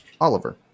Oliver